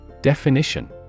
Definition